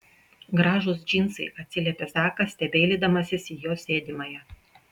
gražūs džinsai atsiliepė zakas stebeilydamasis į jos sėdimąją